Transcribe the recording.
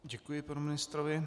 Děkuji panu ministrovi.